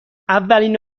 اولین